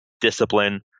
discipline